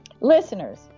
listeners